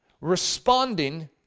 responding